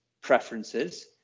Preferences